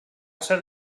ser